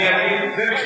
דרך אגב,